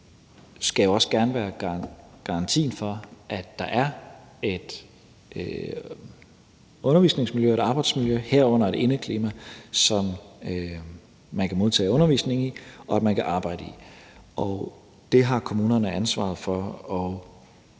skal jo også gerne være garantien for, at der er et undervisningsmiljø og et arbejdsmiljø, herunder et indeklima, som man kan modtage undervisning i og arbejde i. Det har kommunerne ansvaret for,